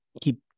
keep